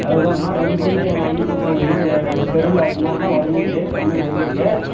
அதுதான்மா ready பண்ணி அனுப்புட்டுடுறேங்கம்மா எ ரெண்டு தெருவில் அது மாதிரி தான் ஒடைஞ்சிருக்கு கம்ப்ளெயிண்ட் வந்திருக்கு